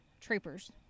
troopers